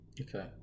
Okay